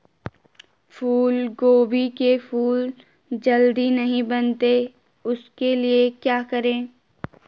फूलगोभी के फूल जल्दी नहीं बनते उसके लिए क्या करें?